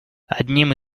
одним